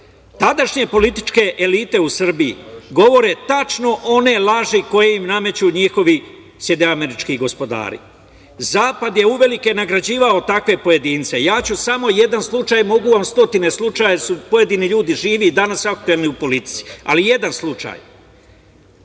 političke elite u Srbiji govore tačno one laži koje im nameću njihovi SAD gospodari. Zapad je uveliko nagrađivao pojedince. Ja ću samo jedan slučaj mogu vam stotine slučaja, jer su pojedini ljudi živi danas aktuelni u politici, ali jedan slučaj. Tako